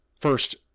First